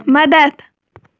مدتھ